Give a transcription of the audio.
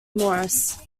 morris